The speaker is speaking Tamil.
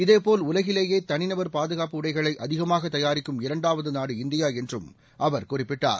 அதேபோல் உலகிலேயே தனிநபர் பாதுகாப்பு உடைகளை அதிகமாக தயாரிக்கும் இரண்டாவது நாடு இந்தியா என்றும் அவர் குறிப்பிட்டார்